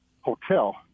hotel